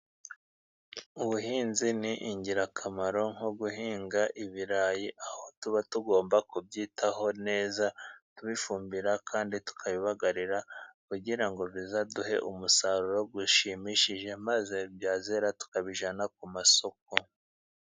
Ubuhinzi ni ingirakamaro nko guhinga ibirayi, aho tuba tugomba kubyitaho neza, tubifumbira kandi tukabibagarira, kugira ngo bizaduhe umusaruro ushimishije, maze byazera tukabijyana ku masoko.